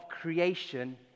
creation